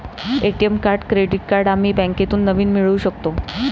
ATM card credit card आम्ही बँकेतून नवीन मिळवू शकतो